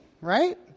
right